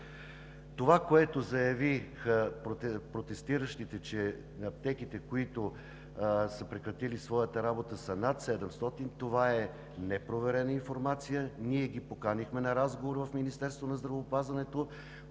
Това, което заявиха протестиращите, че аптеките, които са прекратили своята работа, са над 700, е непроверена информация. Ние ги поканихме на разговор в Министерството на здравеопазването,